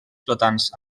flotants